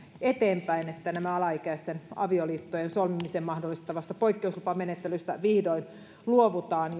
eteenpäin että tästä alaikäisten avioliittojen solmimisen mahdollistamasta poikkeuslupamenettelystä vihdoin luovutaan